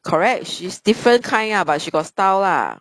correct she's different kind ah but she got style lah